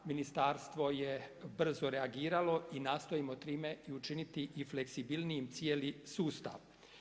Ministarstvo je brzo reagiralo i nastojim o time i učiniti i fleksibilnije i cijeli sustav.